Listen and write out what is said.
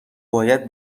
باید